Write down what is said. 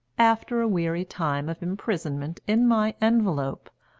after a weary time of imprisonment in my envelope,